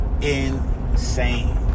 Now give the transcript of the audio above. insane